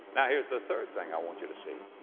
now here's the third thing i want you to see.